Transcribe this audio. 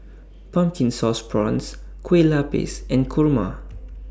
Pumpkin Sauce Prawns Kueh Lapis and Kurma